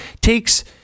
takes